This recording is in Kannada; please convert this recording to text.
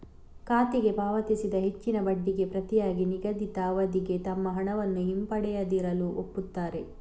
ಖಾತೆಗೆ ಪಾವತಿಸಿದ ಹೆಚ್ಚಿನ ಬಡ್ಡಿಗೆ ಪ್ರತಿಯಾಗಿ ನಿಗದಿತ ಅವಧಿಗೆ ತಮ್ಮ ಹಣವನ್ನು ಹಿಂಪಡೆಯದಿರಲು ಒಪ್ಪುತ್ತಾರೆ